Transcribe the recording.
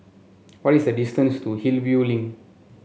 what is the distance to Hillview Link